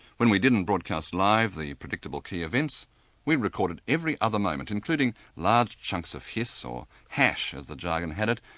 when we didn't broadcast live the predictable key events we recorded every other moment, including large chunks of hiss or hash as the jargon had it,